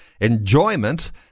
enjoyment